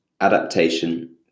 adaptation